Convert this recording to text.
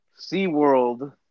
SeaWorld